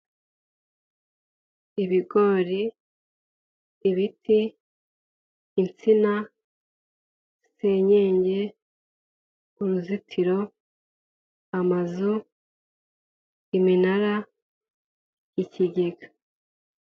Ibigori, ibiti, insina, senyenge, uruzitiro, amazu, iminara, ikigega.